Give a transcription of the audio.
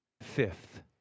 Fifth